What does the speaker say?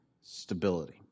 stability